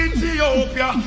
Ethiopia